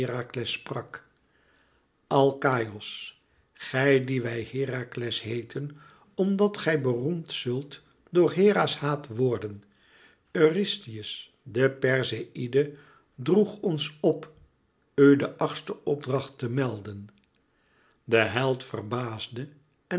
alkaïos gij dien wij herakles heeten omdat gij beroemd zult door hera's haat worden eurystheus de perseïde droeg ons op u den achtsten opdracht te melden de held verbaasde